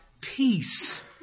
peace